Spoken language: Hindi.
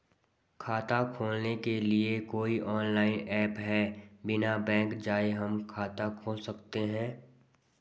खाता खोलने के लिए कोई ऑनलाइन ऐप है बिना बैंक जाये हम खाता खोल सकते हैं?